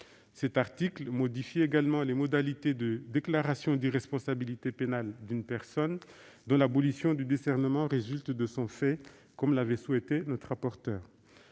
Cet article modifie également les modalités de déclaration d'irresponsabilité pénale d'une personne dont l'abolition du discernement résulte de son fait, comme l'avait souhaité notre rapporteur.